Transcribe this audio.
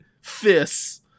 fists